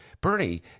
Bernie